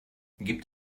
gibt